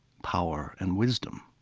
power, and wisdom